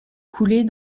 coulées